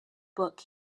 book